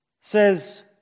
says